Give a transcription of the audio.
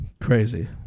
crazy